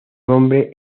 hombre